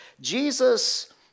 Jesus